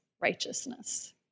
righteousness